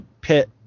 pit